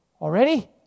already